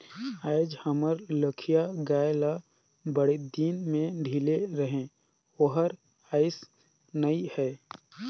आयज हमर लखिया गाय ल बड़दिन में ढिले रहें ओहर आइस नई हे